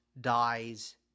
dies